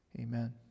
Amen